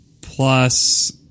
Plus